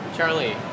Charlie